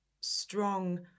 strong